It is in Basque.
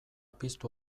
piztu